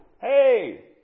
Hey